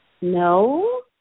no